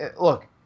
Look